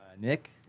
Nick